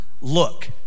look